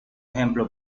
ejemplo